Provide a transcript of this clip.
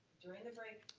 during the break,